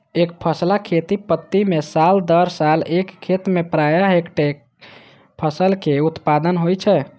एकफसला खेती पद्धति मे साल दर साल एक खेत मे प्रायः एक्केटा फसलक उत्पादन होइ छै